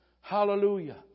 Hallelujah